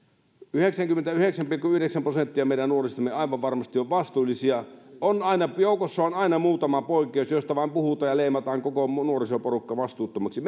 yhdeksänkymmentäyhdeksän pilkku yhdeksän prosenttia meidän nuoristamme aivan varmasti on vastuullisia joukossa on aina muutama poikkeus joista vain puhutaan ja leimataan koko nuorisoporukka vastuuttomaksi